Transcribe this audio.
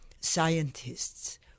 scientists